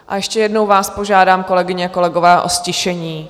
A ještě jednou vás požádám, kolegyně, kolegové, o ztišení.